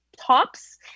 tops